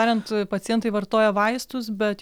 tariant pacientai vartoja vaistus bet